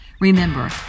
Remember